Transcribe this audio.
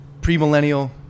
premillennial